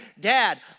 dad